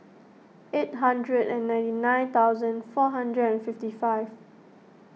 eight hundred and ninety nine thousand four hundred and fifty five